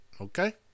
Okay